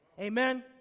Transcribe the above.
Amen